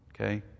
Okay